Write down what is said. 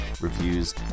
reviews